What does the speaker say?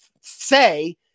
say